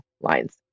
lines